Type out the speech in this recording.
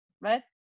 Right